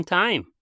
time